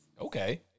Okay